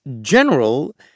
General